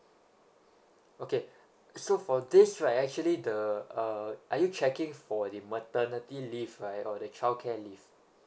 okay so for this right actually the uh are you checking for the maternity leave right or the childcare leave